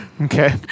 Okay